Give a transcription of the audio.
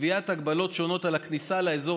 קביעת הגבלות שונות על הכניסה לאזור